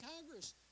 Congress